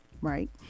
Right